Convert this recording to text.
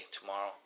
tomorrow